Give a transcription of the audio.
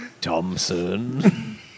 Thompson